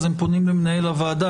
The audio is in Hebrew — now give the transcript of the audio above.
הם פונים למנהל הוועדה,